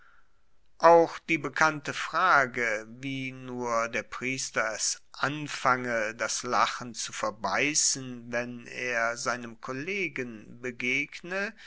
auch die bekannte frage wie nur der priester es anfange das lachen zu verbeissen wenn er seinem kollegen begegne